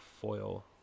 foil